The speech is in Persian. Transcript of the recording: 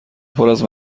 پراز